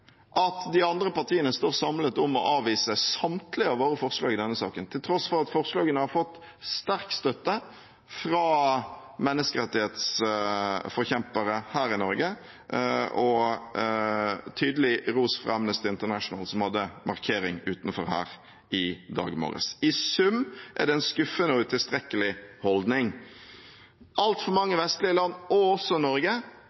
at de andre partiene står samlet om å avvise samtlige av våre forslag i denne saken, til tross for at forslagene har fått sterk støtte fra menneskerettighetsforkjempere her i Norge og tydelig ros fra Amnesty International, som hadde en markering utenfor her i dag morges. I sum er det en skuffende og utilstrekkelig holdning. Altfor mange vestlige land, også Norge,